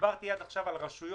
דיברתי עד עכשיו על רשויות,